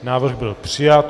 Návrh byl přijat.